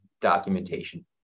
documentation